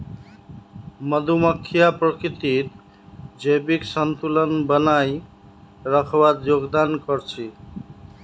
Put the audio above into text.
मधुमक्खियां प्रकृतित जैविक संतुलन बनइ रखवात योगदान कर छि